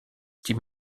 die